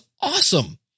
awesome